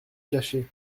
cacher